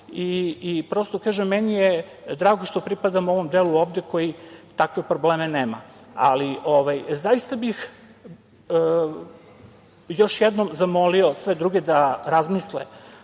prosto kažem, meni je drago da pripadam ovom delu ovde koji takve probleme nema. Zaista bih još jednom zamolio sve druge da razmisle